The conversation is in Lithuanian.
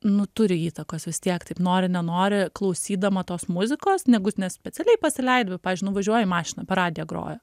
nu turi įtakos vis tiek taip nori nenori klausydama tos muzikos negu ne specialiai pasileidi pavyzdžiui nuvažiuoji į mašiną per radiją groja